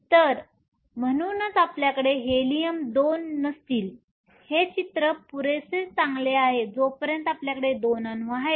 तर म्हणूनच आपल्याकडे हेलियम 2 नसतील हे चित्र पुरेसे चांगले आहे जोपर्यंत आपल्याकडे 2 अणू आहेत